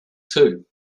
too